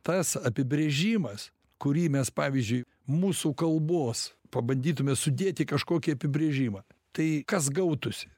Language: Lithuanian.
tas apibrėžimas kurį mes pavyzdžiui mūsų kalbos pabandytume sudėt į kažkokį apibrėžimą tai kas gautųsi